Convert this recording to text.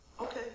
Okay